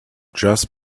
just